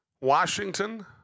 Washington